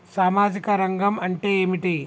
సామాజిక రంగం అంటే ఏమిటి?